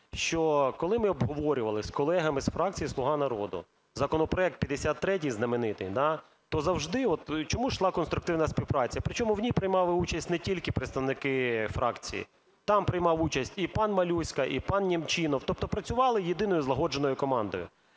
коли ми обговорювали з колегами з фракції "Слуга народу" законопроект 53-й знаменитий, то завжди от чому йшла конструктивна співпраця, причому в ній приймали участь не тільки представники фракції, там приймав участь і пан Малюська, і пан Немчінов, тобто працювали єдиною злагодженою командою.